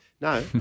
No